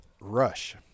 Rush